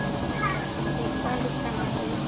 okay అండి discount ఇస్తాం అండి